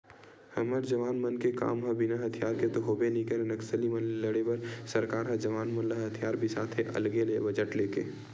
हमर जवान मन के काम ह बिना हथियार के तो होबे नइ करय नक्सली मन ले लड़े बर सरकार ह जवान मन बर हथियार बिसाथे अलगे ले बजट लेके